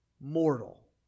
mortal